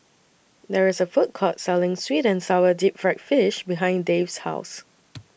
There IS A Food Court Selling Sweet and Sour Deep Fried Fish behind Dave's House